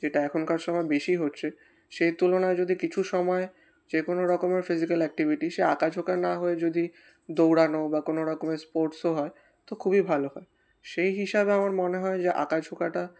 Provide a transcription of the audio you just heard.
যেটা এখনকার সময় বেশি হচ্ছে সেই তুলনায় যদি কিছু সময় যে কোনো রকমের ফিজিক্যাল অ্যাক্টিভিটি সে আঁকা ছোকা না হয়ে যদি দৌড়ানো বা কোনো রকমের স্পোর্টসও হয় তো খুবই ভালো হয় সেই হিসাবে আমার মনে হয় যে আঁকা ঝোঁকাটা